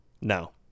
No